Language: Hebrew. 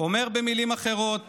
אומר במילים אחרות